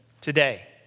Today